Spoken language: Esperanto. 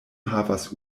havas